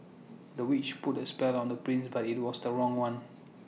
the witch put A spell on the prince but IT was the wrong one